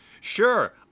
Sure